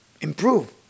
improve